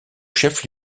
chef